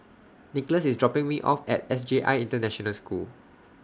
Nicholas IS dropping Me off At S J I International School